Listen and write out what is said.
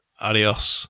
adios